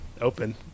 open